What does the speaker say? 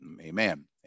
Amen